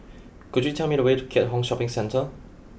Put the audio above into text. could you tell me the way to Keat Hong Shopping Centre